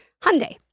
Hyundai